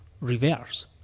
reverse